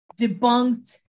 debunked